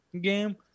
game